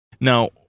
Now